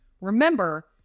Remember